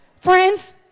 Friends